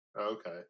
Okay